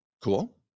Cool